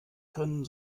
können